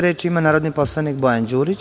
Reč ima narodni poslanik Bojan Đurić.